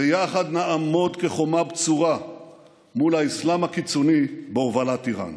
ויחד נעמוד כחומה בצורה מול האסלאם הקיצוני בהובלת איראן.